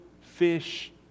fish